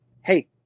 hey